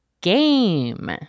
game